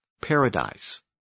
paradise